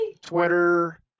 Twitter